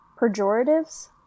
pejoratives